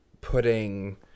Putting